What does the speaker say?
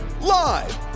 Live